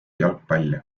jalgpalli